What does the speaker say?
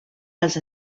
els